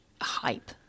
Hype